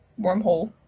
wormhole